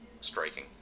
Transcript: striking